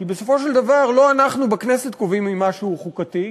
כי בסופו של דבר לא אנחנו בכנסת קובעים אם משהו הוא חוקתי,